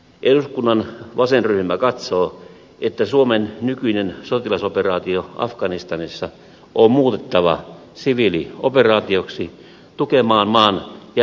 eduskunnan vasenryhmä katsoo että suomen nykyinen sotilasoperaatio afganistanissa on muutettava siviilioperaatioksi tukemaan maan jälleenrakentamista